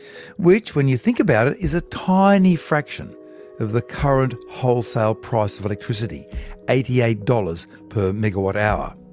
which, when you think about it, is a tiny fraction of the current wholesale price of electricity eighty eight dollars per megawatt-hour.